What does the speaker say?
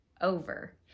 over